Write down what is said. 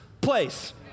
place